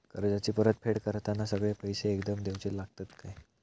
कर्जाची परत फेड करताना सगळे पैसे एकदम देवचे लागतत काय?